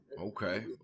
Okay